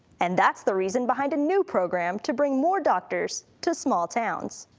and that's the reason behind a new program to bring more doctors to small towns.